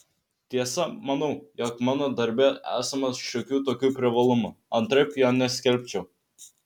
tiesa manau jog mano darbe esama šiokių tokių privalumų antraip jo neskelbčiau